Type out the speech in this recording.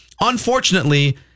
Unfortunately